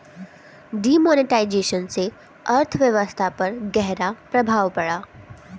demonetisation से अर्थव्यवस्था पर ग़हरा प्रभाव पड़ा